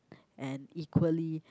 and equally